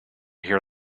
hear